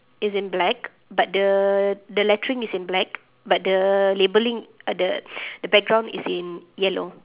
is in black but the the lettering is in black but the labelling uh the the background is in yellow